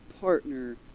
partner